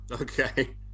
Okay